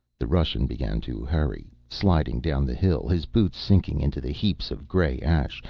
the russian began to hurry, sliding down the hill, his boots sinking into the heaps of gray ash,